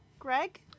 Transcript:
Greg